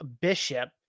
bishop